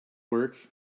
work